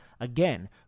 Again